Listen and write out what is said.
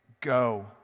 go